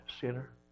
sinner